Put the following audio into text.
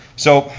so,